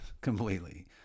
completely